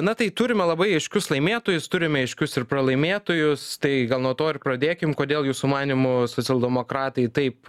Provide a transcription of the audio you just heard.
na tai turime labai aiškius laimėtojus turime aiškius ir pralaimėtojus tai gal nuo to ir pradėkim kodėl jūsų manymu socialdemokratai taip